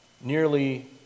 Nearly